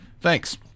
Thanks